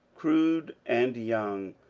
crude and young,